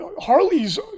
Harleys